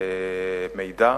מידע